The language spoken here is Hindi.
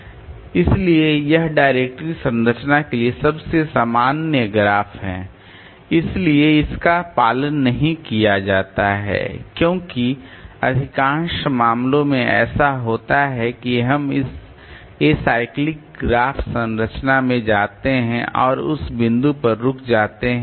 इसलिए यह डायरेक्टरी संरचना के लिए सबसे सामान्य ग्राफ़ है इसलिए इसका पालन नहीं किया जाता है क्योंकि अधिकांश मामलों में ऐसा होता है कि हम इस एसाइक्लिक ग्राफ संरचना में जाते हैं और उस बिंदु पर रुक जाते हैं